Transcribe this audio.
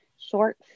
short